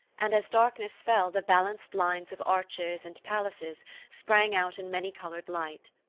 and as darkness fell the balanced lines of arches and palaces sprang out in many coloured light.